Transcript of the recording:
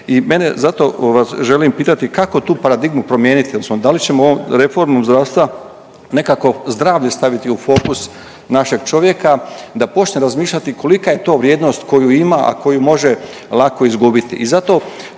i mene zato vas želim pitati, kako tu paradigmu promijeniti odnosno da li ćemo reformom zdravstva nekako zdravlje staviti u fokus našeg čovjeka da počne razmišljati kolika je to vrijednost koju ima, a koju može lako izgubiti.